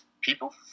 people